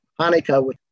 Hanukkah